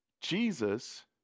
Jesus